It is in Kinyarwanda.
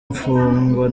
imfungwa